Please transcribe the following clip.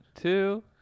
two